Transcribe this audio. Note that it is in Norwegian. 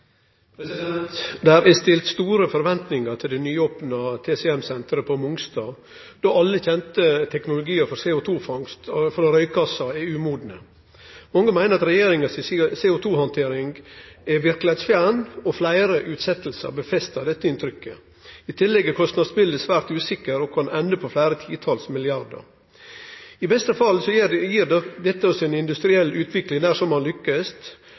Det har blitt stilt store forventingar til det nye TCM-senteret på Mongstad, då alle kjende teknologiar for CO2-fangst frå røykgassar er umodne. Mange meiner at regjeringa si CO2-handtering er verkelegheitsfjern, og fleire utsetjingar styrkjer dette inntrykket. I tillegg er kostnadsbiletet svært usikkert og kan ende på fleire titals milliardar. I beste fall gir dette oss industriell utvikling dersom ein lykkast, men føresetnadene er, som